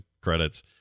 credits